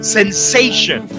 sensation